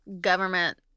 government